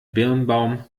birnbaum